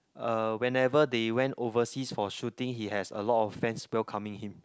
uh whenever they went overseas for shooting he has a lot of fans welcoming him